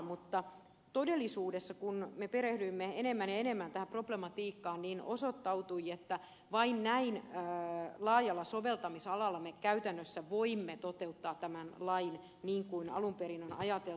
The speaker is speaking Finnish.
mutta todellisuudessa kun me perehdyimme enemmän ja enemmän tähän problematiikkaan osoittautui että vain näin laajalla soveltamisalalla me käytännössä voimme toteuttaa tämän lain niin kuin alun perin on ajateltu